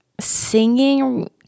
singing